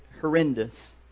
horrendous